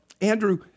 Andrew